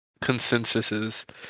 consensuses